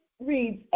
reads